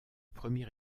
premier